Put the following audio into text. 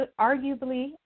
arguably